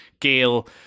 Gale